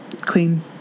clean